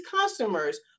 customers